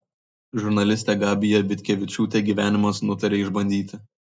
žurnalistę gabiją vitkevičiūtę gyvenimas nutarė išbandyti